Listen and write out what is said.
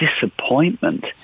disappointment